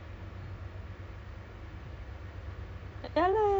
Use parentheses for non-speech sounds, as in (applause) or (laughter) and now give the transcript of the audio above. by the time it ends kan macam malas ah (laughs) nak keluar